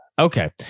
Okay